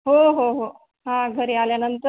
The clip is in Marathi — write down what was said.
हो हो